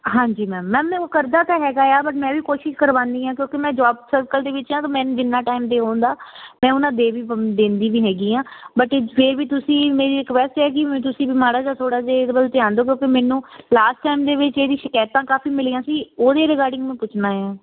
ਹਾਂਜੀ ma'am ma'am ਓਹ ਕਰਦਾ ਤਾਂ ਹੈਗਾ ਆ ਬਟ ਮੈਂ ਵੀ ਕੋਸ਼ਿਸ਼ ਕਰਵਾਨੀ ਹਾਂ ਕਿਉਂਕਿ ਮੈਂ ਜੋਬ ਸਰਕਲ ਦੇ ਵਿੱਚ ਆ ਤਾਂ ਮੈਂ ਜਿੰਨਾਂ ਟਾਇਮ ਦੇ ਹੁੰਦਾ ਮੈਂ ਉਹਨਾਂ ਦੇ ਵੀ ਦੇਂਦੀ ਵੀ ਹੈਗੀ ਆ ਬਟ ਫਿਰ ਵੀ ਤੁਸੀਂ ਮੇਰੀ ਰਿਕੁੈਸਟ ਹੈ ਕਿ ਮ ਤੁਸੀਂ ਵੀ ਮਾੜਾ ਜਿਹਾ ਥੋੜ੍ਹਾ ਜਿਹਾ ਇਹਦੇ ਵੱਲ ਧਿਆਨ ਦੇਵੋ ਕਿਉਂ ਮੈਨੂੰ ਲਾਸਟ ਟਾਇਮ ਦੇ ਵਿੱਚ ਇਹਦੀ ਸ਼ਿਕਾਇਤਾਂ ਕਾਫੀ ਮਿਲੀਆਂ ਸੀ ਉਹਦੇ ਰਿਗਾਰਡਿੰਗ ਮੈਂ ਪੁੱਛਣਾ ਆ